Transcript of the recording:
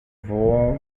voam